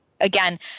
again